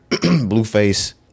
Blueface